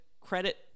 credit